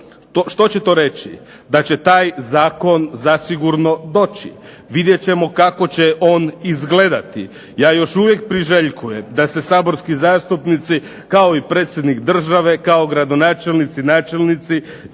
Što će to reći? Da će taj zakon zasigurno doći. Vidjet ćemo kako će on izgledati. Ja još uvijek priželjkujem da se saborski zastupnici kao i predsjednik države, kao gradonačelnici, načelnici